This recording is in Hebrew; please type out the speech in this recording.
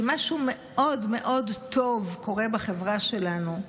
כי משהו מאוד מאוד טוב קורה בחברה שלנו,